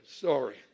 sorry